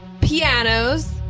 pianos